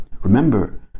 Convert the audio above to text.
Remember